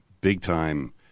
big-time